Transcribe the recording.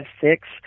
six